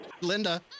Linda